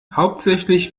hauptsächlich